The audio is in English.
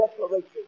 declaration